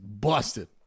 busted